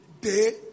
day